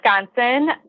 Wisconsin